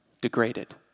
degraded